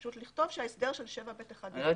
פשוט לכתוב שההסדר של 7ב(1) יחול.